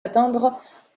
atteindre